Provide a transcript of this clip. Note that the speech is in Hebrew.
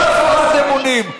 כל הפרת אמונים,